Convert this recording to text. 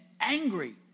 angry